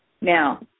Now